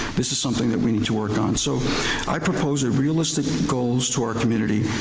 this is something that we need to work on. so i propose realistic goals to our community.